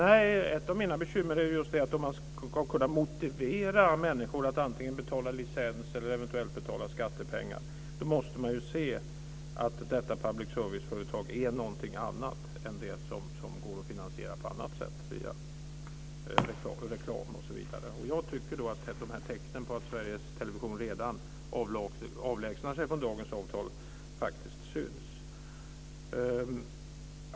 Fru talman! Om man ska kunna motivera människor att betala licens eller eventuellt skattepengar måste man se att public service-företaget är något annat än det som går att finansiera på annat sätt, via reklam osv. Det är ett av mina bekymmer. Jag tycker att tecknen på att Sveriges Television redan avlägsnar sig från dagens avtal syns.